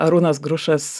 arūnas grušas